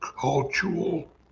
cultural